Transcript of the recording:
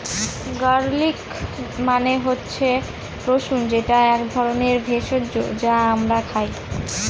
garlic মানে হচ্ছে রসুন যেটা এক ধরনের ভেষজ যা আমরা খাই